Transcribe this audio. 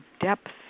depth